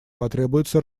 потребуется